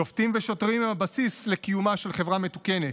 שופטים ושוטרים הם הבסיס לקיומה של חברה מתוקנת,